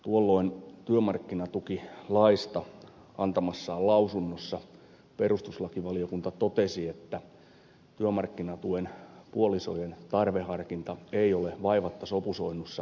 tuolloin työmarkkinatukilaista antamassaan lausunnossa perustuslakivaliokunta totesi että työmarkkinatuen puolisoiden tarveharkinta ei ole vaivatta sopusoinnussa perustuslain kanssa